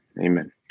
Amen